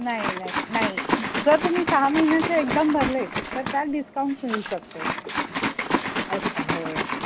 नाही नाही नाही जर तुम्ही सहा महिन्याचं एकदम भरले तर त्यात डिस्काउंट मिळू शकतो असं आहे